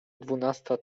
dwunasta